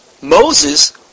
Moses